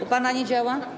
U pana nie działa?